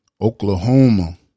Oklahoma